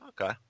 Okay